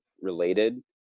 related